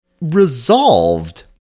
Resolved